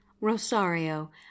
rosario